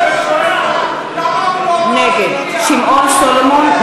(קוראת בשמות חברי הכנסת) שמעון סולומון,